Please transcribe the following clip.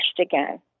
again